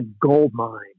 goldmine